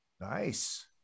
Nice